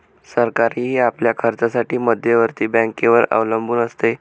सरकारही आपल्या खर्चासाठी मध्यवर्ती बँकेवर अवलंबून असते